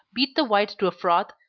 beat the whites to a froth,